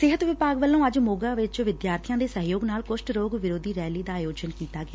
ਸਿਹਤ ਵਿਭਾਗ ਵੱਲੋ ਅੱਜ ਮੋਗਾ ਵਿਚ ਵਿਦਿਆਰਬੀਆ ਦੇ ਸਹਿਯੋਗ ਨਾਲ ਕੁਸ਼ਟ ਰੋਗ ਵਿਰੋਧੀ ਰੈਲੀ ਦਾ ਆਯੋਜਨ ਕੀਤਾ ਗਿਆ